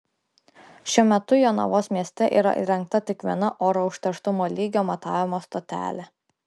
šiuo metu jonavos mieste yra įrengta tik viena oro užterštumo lygio matavimo stotelė